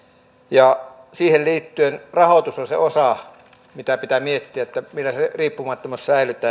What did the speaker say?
siihen liittyen rahoitus on se osa mitä pitää miettiä että miten se riippumattomuus